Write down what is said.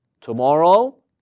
tomorrow